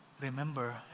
remember